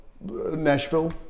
Nashville